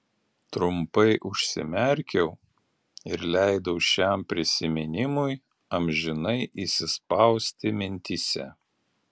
trumpai užsimerkiau ir leidau šiam prisiminimui amžinai įsispausti mintyse